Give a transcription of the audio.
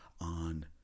on